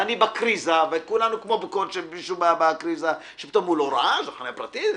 ואני בקריזה: איך הוא לא ראה שזו חניה פרטית?